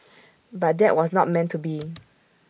but that was not meant to be